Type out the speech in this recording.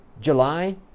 July